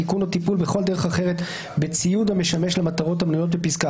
תיקון או טיפול בכל דרך אחרת בציוד המשמש למטרות המנויות בפסקה